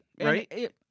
right